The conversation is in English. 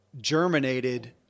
germinated